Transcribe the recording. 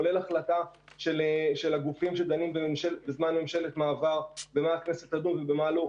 כולל החלטה של הגופים שדנים בזמן ממשלת מעבר במה הכנסת תדון ובמה לא,